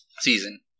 season